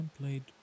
played